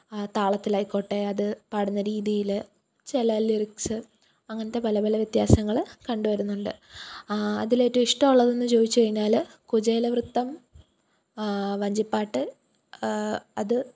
ആ താളത്തിലായിക്കോട്ടേ അത് പാടുന്ന രീതിയിൽ ചില ലിറിക്സ് അങ്ങനത്തെ പലപല വ്യത്യാസങ്ങൾ കണ്ട് വരുന്നുണ്ട് അതിലേറ്റവും ഇഷ്ടമുള്ളതെന്ന് ചോദിച്ച് കഴിഞ്ഞാൽ കുചേലവൃത്തം വഞ്ചിപ്പാട്ട് അത്